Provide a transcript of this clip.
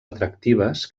atractives